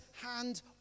hand